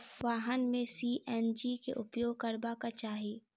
वाहन में सी.एन.जी के उपयोग करबाक चाही